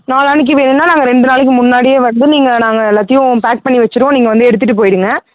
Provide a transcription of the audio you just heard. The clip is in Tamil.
நாளான்னிக்கு வேணுன்னால் நாங்கள் ரெண்டு நாளைக்கு முன்னாடியே வந்து நீங்கள் நாங்கள் எல்லாத்தையும் பேக் பண்ணி வச்சுருவோம் நீங்கள் வந்து எடுத்துகிட்டு போய்விடுங்க